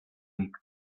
eight